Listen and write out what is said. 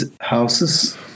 houses